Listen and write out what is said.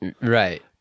Right